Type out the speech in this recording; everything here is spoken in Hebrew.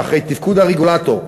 ואחרי תפקוד הרגולטור,